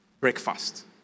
breakfast